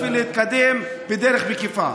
בשביל להתקדם בדרך מקיפה.